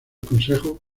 consejo